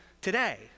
today